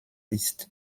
ist